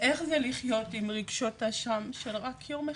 איך זה לחיות עם רגשות אשם, של רק יום אחד,